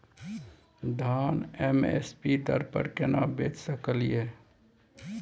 धान M S P दर पर केना बेच सकलियै?